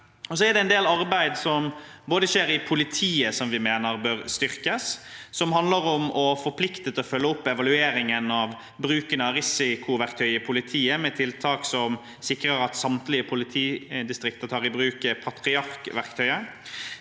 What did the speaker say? er det en del arbeid som skjer i politiet som vi mener bør styrkes, som handler om å forplikte til å følge opp evalueringen av bruken av risikoverktøy i politiet med tiltak som sikrer at samtlige politidistrikter tar i bruk PATRIARK-verktøyet.